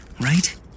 right